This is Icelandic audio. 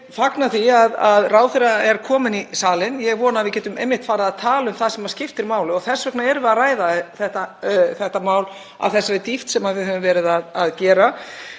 fagna því að ráðherra er kominn í salinn og ég vona að við getum farið að tala um það sem skiptir máli og þess vegna erum við að ræða þetta mál af þeirri dýpt sem við höfum verið að gera.